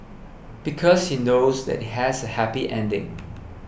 because he knows that it has a happy ending